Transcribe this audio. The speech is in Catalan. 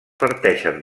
parteixen